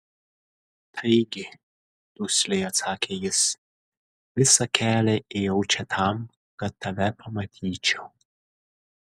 taigi dusliai atsakė jis visą kelią ėjau čia tam kad tave pamatyčiau